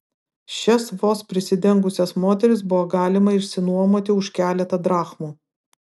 šias vos prisidengusias moteris buvo galima išsinuomoti už keletą drachmų